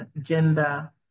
gender